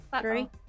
Three